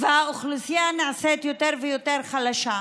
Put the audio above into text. והאוכלוסייה נעשית יותר ויותר חלשה.